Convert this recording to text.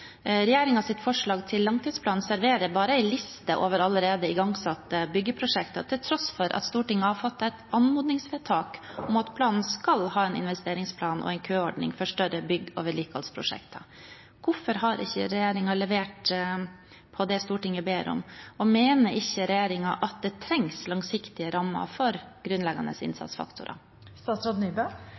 forslag til langtidsplan serverer bare en liste over allerede igangsatte byggeprosjekter, til tross for at Stortinget har fattet et anmodningsvedtak om at planen skal ha en investeringsplan og en køordning for større bygge- og vedlikeholdsprosjekter. Hvorfor har ikke regjeringen levert med hensyn til det Stortinget har bedt om? Og mener ikke regjeringen at det trengs langsiktige rammer for grunnleggende